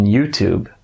YouTube